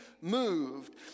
moved